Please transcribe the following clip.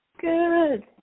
good